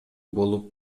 болуп